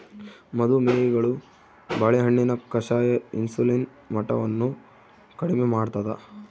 ಮದು ಮೇಹಿಗಳು ಬಾಳೆಹಣ್ಣಿನ ಕಷಾಯ ಇನ್ಸುಲಿನ್ ಮಟ್ಟವನ್ನು ಕಡಿಮೆ ಮಾಡ್ತಾದ